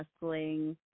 wrestling